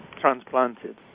transplanted